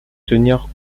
tenir